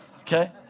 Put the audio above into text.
okay